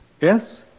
Yes